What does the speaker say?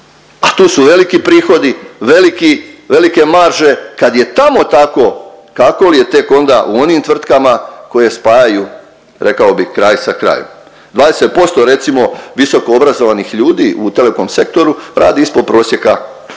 a tu su veliki prihodi, velike marže. Kad je tamo tako kako li je tek onda u onim tvrtkama koje spajaju rekao bih kraj sa krajem. 20% recimo visokoobrazovanih ljudi u telekom sektoru radi ispod prosjeka